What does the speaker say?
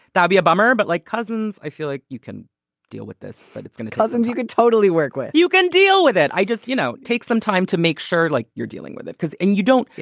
that'll be a bummer. but like cousins, i feel like you can deal with this. but it's going to cousins. you could totally work with. you can deal with it. i just, you know, take some time to make sure like you're dealing with it because and you don't.